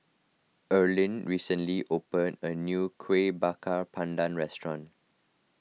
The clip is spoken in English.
Erline recently opened a new Kuih Bakar Pandan restaurant